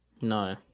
No